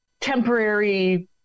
temporary